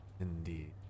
Indeed